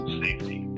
safety